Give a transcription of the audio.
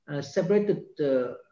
separated